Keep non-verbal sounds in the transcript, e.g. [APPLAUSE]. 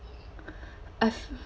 [BREATH] I